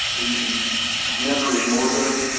we we never ignore those,